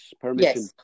permission